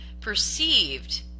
perceived